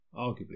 Arguably